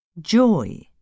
Joy